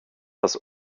das